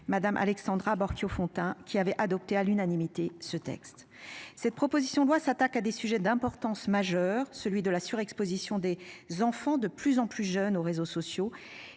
Madame Alexandra Borchio-Fontimp, qui avait adopté à l'unanimité ce texte cette proposition doit s'attaque à des sujets d'importance majeure, celui de la surexposition des enfants de plus en plus jeunes, aux réseaux sociaux